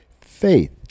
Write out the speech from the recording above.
Faith